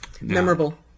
memorable